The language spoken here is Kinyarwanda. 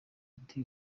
ati